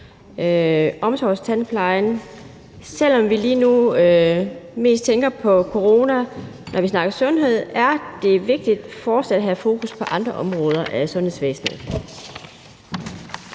omsorgstandplejen. Selv om vi lige nu mest tænker på corona, når vi snakker sundhed, er det vigtigt fortsat at have fokus på andre områder af sundhedsvæsenet.